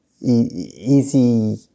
easy